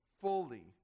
fully